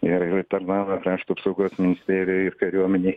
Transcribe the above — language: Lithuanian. ir ir ir tarnauja krašto apsaugos ministerijai kariuomenei